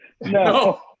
No